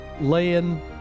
laying